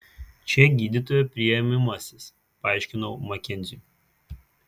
čia gydytojo priimamasis paaiškinau makenziui